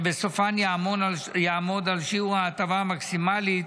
שבסופן יעמוד על שיעור ההטבה המקסימלית,